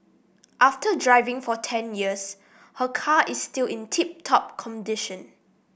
after driving for ten years her car is still in tip top condition